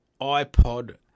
iPod